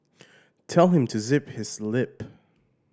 tell him to zip his lip